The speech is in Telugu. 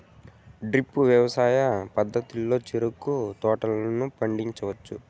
డ్రిప్ వ్యవసాయ పద్ధతిలో చెరుకు తోటలను పండించవచ్చా